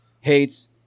hates